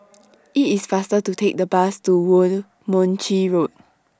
IT IS faster to Take The Bus to Woo Mon Chew Road